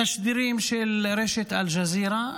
ובתשדירים של רשת אל-ג'זירה.